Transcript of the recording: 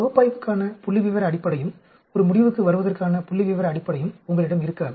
பகுப்பாய்வுக்கான புள்ளிவிவர அடிப்படையும் ஒரு முடிவுக்கு வருவதற்கான புள்ளிவிவர அடிப்படையும் உங்களிடம் இருக்காது